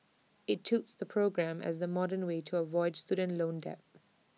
IT touts the program as the modern way to avoid student loan debt